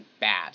bad